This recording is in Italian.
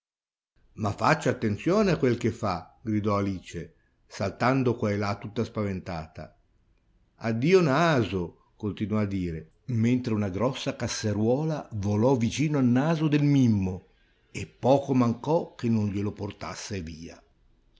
ma faccia attenzione a quel che fa gridò alice saltando quà e là tutta spaventata addio naso continuò a dire mentre una grossa casseruola volò vicino al naso del mimmo e poco mancò che non glielo portasse via